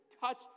touch